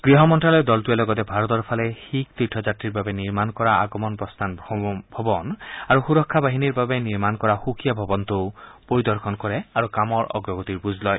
গৃহ মন্ত্যালয়ৰ দলটোৱে লগতে ভাৰতৰ ফালে শিখ তীৰ্থযাত্ৰীৰ বাবে নিৰ্মাণ কৰা অগমন প্ৰস্তান ভৱন আৰু সুৰক্ষা বাহিনীৰ বাবে নিৰ্মাণ কৰা সুকীয়া ভৱনটোও পৰিদৰ্শন কৰে আৰু কামৰ অগ্ৰগতিৰ বুজ লয়